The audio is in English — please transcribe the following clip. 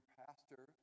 pastor